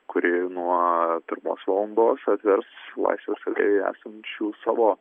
kuri nuo pirmos valandos atvers laisvės alėjoje esančių savo